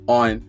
on